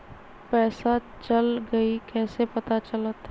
पैसा चल गयी कैसे पता चलत?